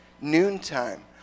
Noontime